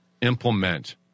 implement